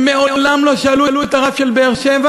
הם מעולם לא שאלו את הרב של באר-שבע,